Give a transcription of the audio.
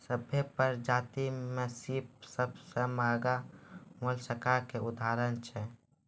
सभ्भे परजाति में सिप सबसें महगा मोलसका के उदाहरण छै